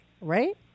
right